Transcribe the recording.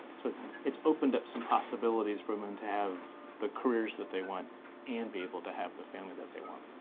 so it's it's opened up some possibilities for um and the careers that they want and be able to have the family that they want.